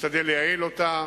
משתדל לייעל אותה.